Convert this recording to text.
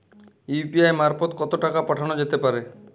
UPI মারফত কত টাকা পাঠানো যেতে পারে?